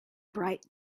bright